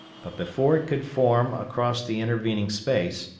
but before it could form across the intervening space,